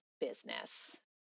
business